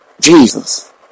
Jesus